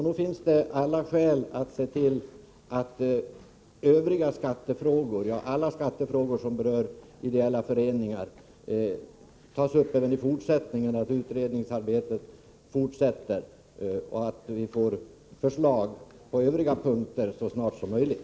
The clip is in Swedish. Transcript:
Nog finns det alla skäl att se till att alla skattefrågor som berör ideella föreningar tas upp även i fortsättningen och att utredningsarbetet fortsätter samt att vi får förslag på övriga punkter.så snart som möjligt.